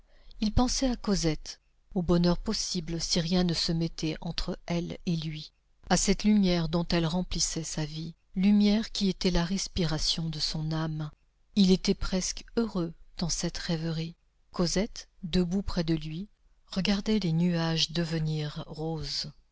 il pensait à cosette au bonheur possible si rien ne se mettait entre elle et lui à cette lumière dont elle remplissait sa vie lumière qui était la respiration de son âme il était presque heureux dans cette rêverie cosette debout près de lui regardait les nuages devenir roses